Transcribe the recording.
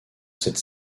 cette